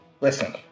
listen